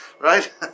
right